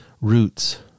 roots